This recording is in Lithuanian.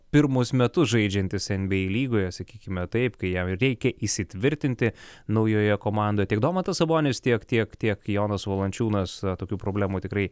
pirmus metus žaidžiantis enbyei lygoje sakykime taip kai jam reikia įsitvirtinti naujoje komandoj tiek domantas sabonis tiek tiek tiek jonas valančiūnas tokių problemų tikrai